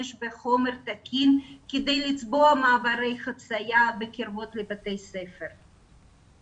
בחומר תקין כדי לצבוע מעברי חציה בקרבת בתי ספר.